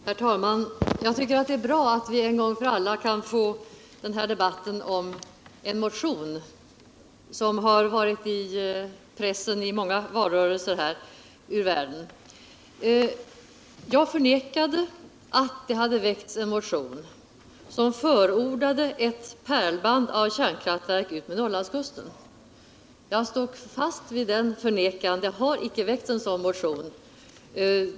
Herr talman! Jag tycker att det är bra att vi en gång för alla kan få debatten om en motion som har förekommit i pressen i många valrörelser ur världen. Jag förnekade att det hade väckts en motion som förordat ett pärlband av kärnkraftverk utmed Norrlandskusten. Jag står fast vid detta förnekande — det har icke väckts en sådan motion.